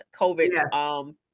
COVID